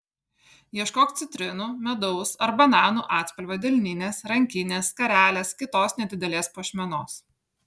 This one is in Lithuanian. ieškok citrinų medaus ar bananų atspalvio delninės rankinės skarelės kitos nedidelės puošmenos